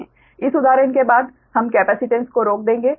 इस उदाहरण के बाद हम कैपेसिटेन्स को रोक देंगे